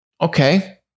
okay